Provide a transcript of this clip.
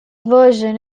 version